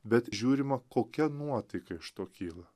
bet žiūrima kokia nuotaika iš to kyla